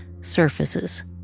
surfaces